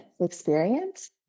experience